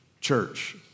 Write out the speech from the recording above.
church